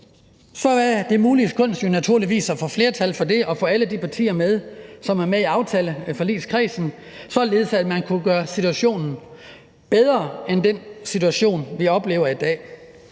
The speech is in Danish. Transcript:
så er det muliges kunst jo naturligvis at få flertal for det og få alle de partier med, som er med i forligskredsen, således at man kan gøre situationen bedre end den situation, vi oplever i dag.